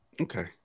Okay